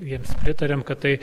jiems pritariam kad tai